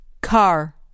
Car